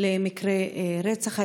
למקרה רצח,